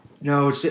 No